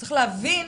צריך להבין,